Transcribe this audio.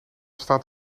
staat